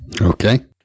Okay